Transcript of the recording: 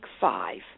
five